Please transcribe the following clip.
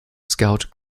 scout